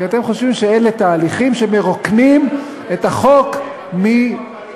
כי אתם חושבים שאלה תהליכים שמרוקנים את החוק ממהותו.